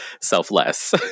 selfless